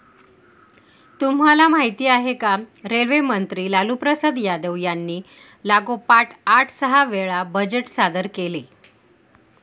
तुम्हाला माहिती आहे का? रेल्वे मंत्री लालूप्रसाद यादव यांनी लागोपाठ आठ सहा वेळा बजेट सादर केले